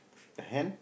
the hen